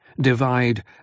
Divide